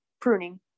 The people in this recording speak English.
pruning